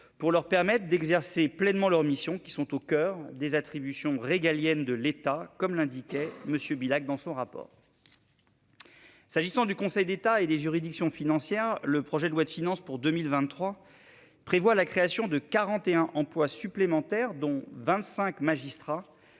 et financières d'exercer pleinement leurs missions, qui sont au coeur des attributions régaliennes de l'État, comme l'indiquait M. Bilhac dans son rapport. Pour ce qui est du Conseil d'État et des juridictions financières, le projet de loi de finances pour 2023 prévoit la création de 41 emplois supplémentaires, dont 25 magistrats,